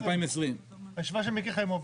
מ-2020, הישיבה של מיקי חיימוביץ'.